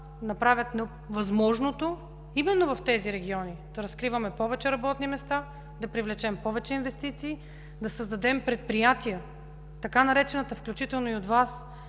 направят възможното именно в тези региони за разкриване на повече работни места, да привлечем повече инвестиции, да създадем предприятия, така наречената включително и от Вас